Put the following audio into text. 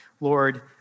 Lord